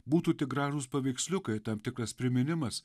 būtų tik gražūs paveiksliukai tam tikras priminimas